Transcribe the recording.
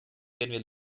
werden